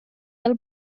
del